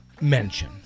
mention